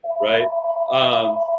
right